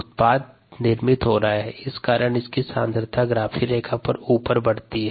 उत्पाद निर्मित हो रहा है इस कारण इसकी सांद्रता की ग्राफीय रेखा ऊपर बढ़ती है